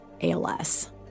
ALS